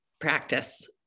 practice